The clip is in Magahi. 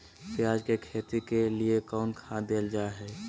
प्याज के खेती के लिए कौन खाद देल जा हाय?